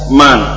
man